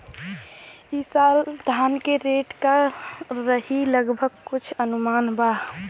ई साल धान के रेट का रही लगभग कुछ अनुमान बा?